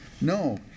No